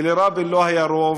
כי לרבין לא היה רוב,